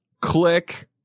click